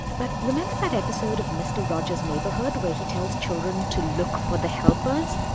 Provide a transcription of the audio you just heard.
but remember that episode of mister rogers' neighborhood where he tells children to look for the helpers?